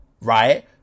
right